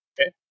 Okay